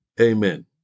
Amen